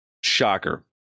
Shocker